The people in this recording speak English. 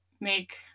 make